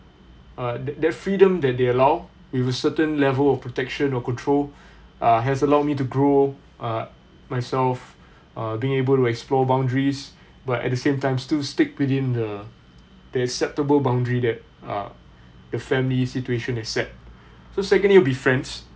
uh the the freedom that they allow with a certain level of protection or control uh has allowed me to grow uh myself uh being able to explore boundaries but at the same time still stick within the the acceptable boundary that uh the family situation accept so secondly it'll be friends